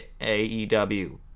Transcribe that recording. AEW